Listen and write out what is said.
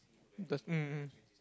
that's mm